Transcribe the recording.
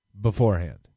beforehand